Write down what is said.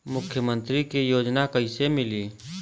मुख्यमंत्री के योजना कइसे मिली?